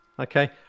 Okay